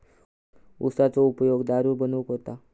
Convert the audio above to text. उसाचो उपयोग दारू बनवूक होता